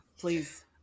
please